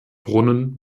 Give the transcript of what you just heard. brunnen